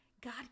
God